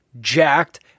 jacked